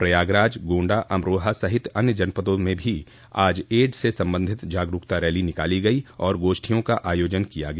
प्रयागराज गोंडा अमरोहा सहित अन्य जनपदों में भी आज एडस से संबंधित जागरूकता रैली निकाली गई और गोष्ठियों का आयोजन किया गया